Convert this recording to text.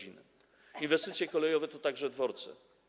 Inwestycje kolejowe to także dworce.